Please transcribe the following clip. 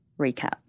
recap